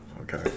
Okay